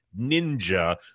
ninja